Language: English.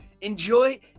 Enjoy